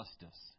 justice